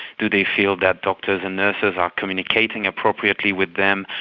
do they feel that doctors and nurses are communicating appropriately with them?